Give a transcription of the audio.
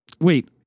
Wait